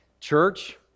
church